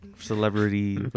celebrity